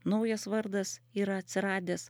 naujas vardas yra atsiradęs